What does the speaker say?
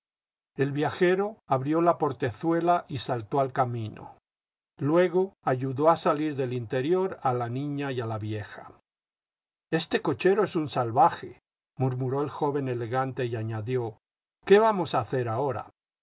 el viajero abrió la portezuela y saltó al camino luego ayudó a salir del interior a la niña y a la vieja este cochero es un salvaje murmuró el joven elegante y añadió ciqué vamos a hacer ahora